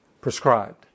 prescribed